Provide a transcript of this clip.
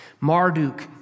Marduk